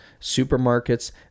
supermarkets